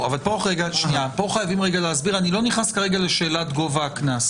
פה חייבים להסביר ואני לא נכנס כרגע לשאלת גובה הקנס